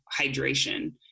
hydration